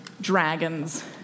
Dragons